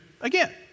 again